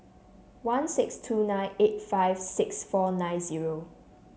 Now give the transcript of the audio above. one six two nine eight five six four nine zero